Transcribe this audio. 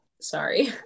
sorry